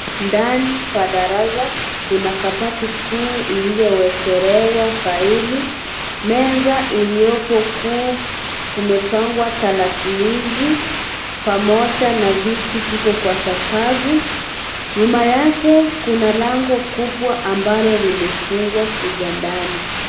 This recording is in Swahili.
Ndani pa darasa kuna kabati kuu iliyowekewa faili, meza iliyopo kuu kumepangwa tarakilishi pamoja na viti viko kwa sakafu, nyuma yake kuna lango kubwa limefungwa kuja ndani.